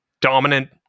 dominant